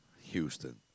Houston